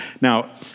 Now